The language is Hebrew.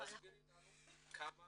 תסבירי לנו כמה